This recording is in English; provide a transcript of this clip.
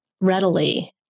readily